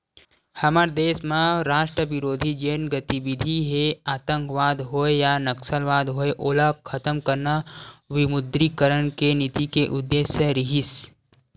हमर देस म राष्ट्रबिरोधी जेन गतिबिधि हे आंतकवाद होय या नक्सलवाद होय ओला खतम करना विमुद्रीकरन के नीति के उद्देश्य रिहिस